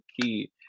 key